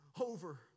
over